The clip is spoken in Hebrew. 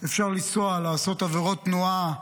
אפשר לנסוע, לעשות עבירות תנועה.